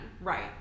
Right